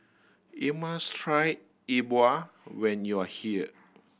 you must try E Bua when you are here